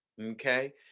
okay